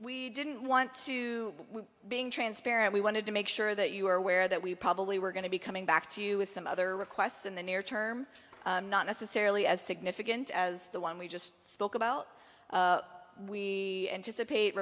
we didn't want to being transparent we wanted to make sure that you were aware that we probably were going to be coming back to you with some other requests in the near term not necessarily as significant as the one we just spoke about we anticipate